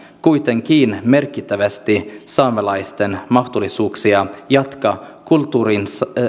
kuitenkin heikentää merkittävästi saamelaisten mahdollisuuksia jatkaa kulttuurinsa